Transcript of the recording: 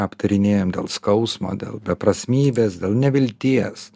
aptarinėjam dėl skausmo dėl beprasmybės dėl nevilties